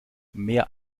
mehr